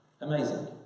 Amazing